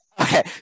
Okay